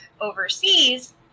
overseas